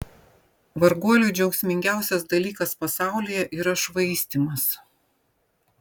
varguoliui džiaugsmingiausias dalykas pasaulyje yra švaistymas